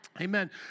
Amen